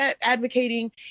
advocating